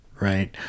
right